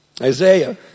Isaiah